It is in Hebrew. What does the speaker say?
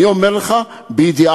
אני אומר לך בידיעה,